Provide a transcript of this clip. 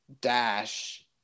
dash